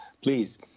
please